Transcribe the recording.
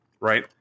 right